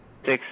six